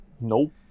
Nope